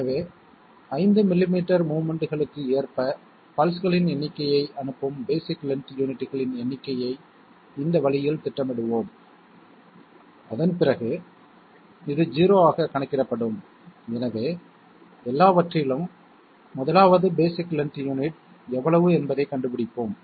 எனவே 5 மில்லிமீட்டர் மோவ்மென்ட்களுக்கு ஏற்ப பல்ஸ்களின் எண்ணிக்கையை அனுப்பும் பேஸிக் லென்த் யூனிட்களின் எண்ணிக்கையை இந்த வழியில் திட்டமிடுவோம் அதன் பிறகு இது 0 ஆகக் கணக்கிடப்படும் எனவே எல்லாவற்றிலும் 1 வது பேஸிக் லென்த் யூனிட் எவ்வளவு என்பதைக் கண்டுபிடிப்போம்